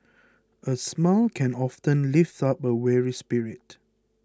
a smile can often lift up a weary spirit